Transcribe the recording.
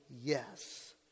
yes